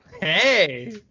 Hey